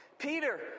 Peter